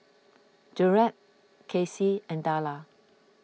Gerald Kassie and Darla